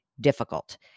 difficult